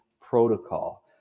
protocol